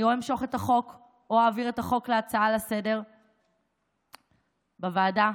אני לא אמשוך את החוק או אעביר את החוק להצעה לסדר-היום בוועדה